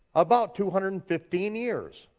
about two hundred and fifteen years.